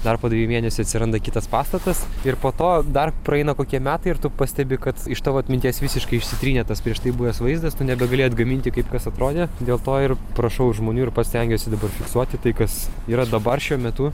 dar po dviejų mėnesių atsiranda kitas pastatas ir po to dar praeina kokie metai ir tu pastebi kad iš tavo atminties visiškai išsitrynė tas prieš tai buvęs vaizdas tu nebegali atgaminti kaip kas atrodė dėl to ir prašau žmonių ir pats stengiuosi užfiksuoti tai kas yra dabar šiuo metu